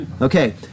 Okay